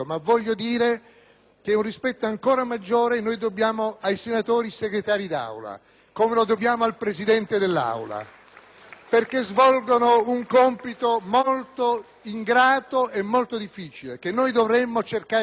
un rispetto ancora maggiore ai senatori Segretari d'Aula, come lo dobbiamo al Presidente dell'Assemblea, perché svolgono un compito molto ingrato e molto difficile, che noi dovremmo cercare di agevolare.